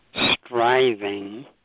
striving